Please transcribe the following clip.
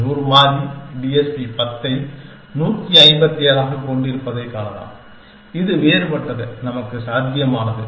100 மாறி டிஎஸ்பி 10 ஐ 157 ஆகக் கொண்டிருப்பதைக் காணலாம் இது வேறுபட்டது நமக்கு சாத்தியமானது